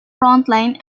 frontline